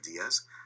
ideas